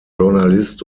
journalist